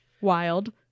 wild